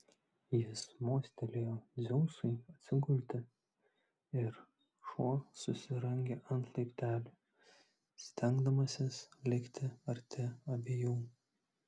jis mostelėjo dzeusui atsigulti ir šuo susirangė ant laiptelių stengdamasis likti arti abiejų